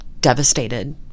devastated